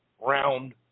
round